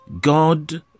God